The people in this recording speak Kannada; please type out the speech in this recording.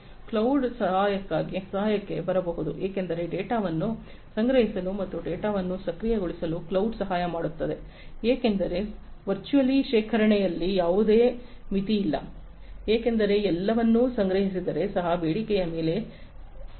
ಕ್ಲೌಡ್ ಸಹಾಯಕ್ಕೆ ಬರಬಹುದು ಏಕೆಂದರೆ ಡೇಟಾವನ್ನು ಸಂಗ್ರಹಿಸಲು ಮತ್ತು ಡೇಟಾವನ್ನು ಪ್ರಕ್ರಿಯೆಗೊಳಿಸಲು ಕ್ಲೌಡ್ ಸಹಾಯ ಮಾಡುತ್ತದೆ ಏಕೆಂದರೆ ವರ್ಚುವಲಿ ಶೇಖರಣೆಯಲ್ಲಿ ಯಾವುದೇ ಮಿತಿಯಿಲ್ಲ ಏಕೆಂದರೆ ಎಲ್ಲವನ್ನೂ ಸಂಗ್ರಹಿಸಿದರೆ ಸಹ ಬೇಡಿಕೆಯ ಮೇಲೆ ಪಡೆಯಲಾಗುತ್ತದೆ